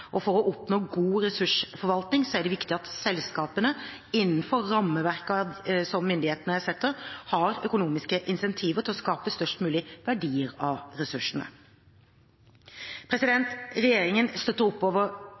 For å oppnå god ressursforvaltning er det viktig at selskapene, innenfor rammeverket som myndighetene setter, har økonomiske incentiver til å skape størst mulig verdier av ressursene. Regjeringen støtter